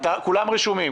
כולם רשומים.